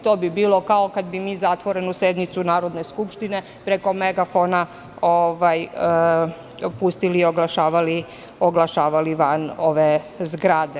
To bi bilo kao kada bi mi zatvorenu sednicu Narodne skupštine preko megafona pustili i oglašavali van ove zgrade.